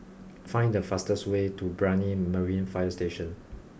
find the fastest way to Brani Marine Fire Station